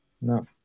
No